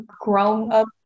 grown-up